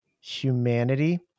humanity